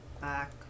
back